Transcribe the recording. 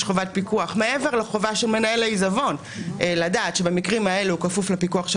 חובת פיקוח מעבר לחובה של מנהל העיזבון לדעת שהוא כפוף לפיקוח של